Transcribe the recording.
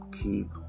Keep